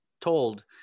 told